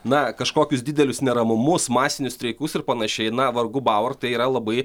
na kažkokius didelius neramumus masinius streikus ir panašiai na vargu bau ar tai yra labai